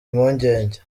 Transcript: impungenge